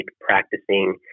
practicing